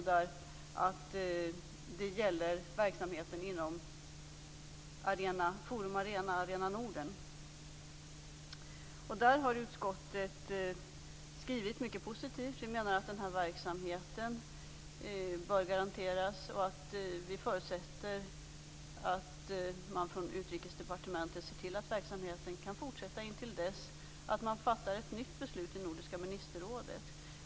Det gäller verksamheten inom Arena Norden. Där har utskottet en mycket positiv skrivning. Vi menar att den här verksamheten bör garanteras. Vi förutsätter att man från Utrikesdepartementet ser till att verksamheten kan fortsätta intill dess att man fattar en nytt beslut i Nordiska ministerrådet.